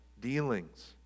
dealings